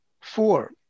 Four